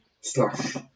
slash